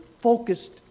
focused